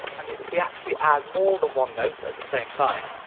and if we actually add more than one note at the same time